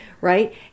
Right